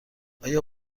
آیا